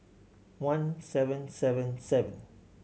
one seven seven seven